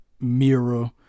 mirror